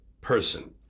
person